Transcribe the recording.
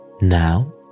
Now